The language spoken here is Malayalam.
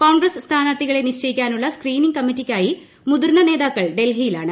കോൺഗ്രസ് സ്ഥാനാർഥികളെ നിശ്ചയിക്കാനുള്ള സ്ക്രീനിങ് ് കമ്മിറ്റിക്കായി മുതിർന്ന നേതാക്കൾ ഡൽഹിയിലാണ്